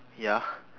ya